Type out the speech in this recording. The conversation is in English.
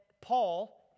Paul